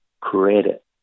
credit